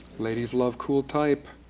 ladies love cool type.